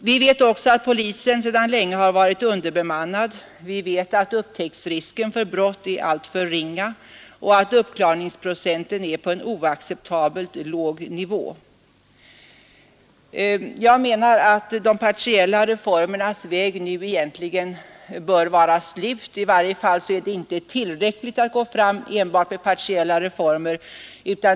Vi vet också att polisen sedan länge är underbemannad, vi vet att upptäcktsrisken för brott är alltför ringa och att uppklaringsprocenten ligger på en oacceptabelt låg nivå. Jag menar att de partiella reformernas väg nu bör vara slut. I varje fall är det inte tillräckligt att gå fram med enbart partiella reformer.